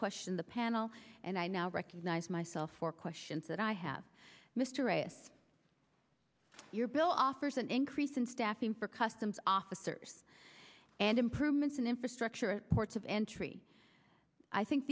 question the panel and i now recognize myself for questions that i have mr a your bill offers an increase in staffing for customs officers and improvements in infrastructure at ports of entry i think